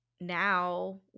Now